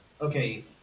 okay